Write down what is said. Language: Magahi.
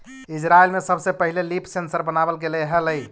इजरायल में सबसे पहिले लीफ सेंसर बनाबल गेले हलई